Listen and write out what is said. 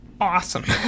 awesome